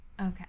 Okay